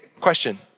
question